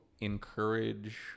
encourage